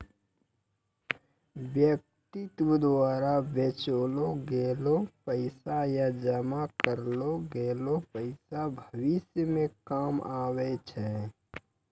व्यक्ति द्वारा बचैलो गेलो पैसा या जमा करलो गेलो पैसा भविष्य मे काम आबै छै